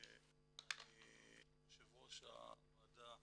יו"ר הוועדה,